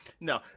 no